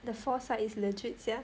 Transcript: the foresight is legit sia